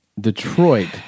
Detroit